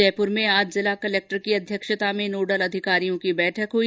जयपुर में आज जिला कलक्टर की अध्यक्षता में नोडल अधिकारियों की बैठक हुई